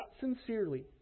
sincerely